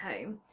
home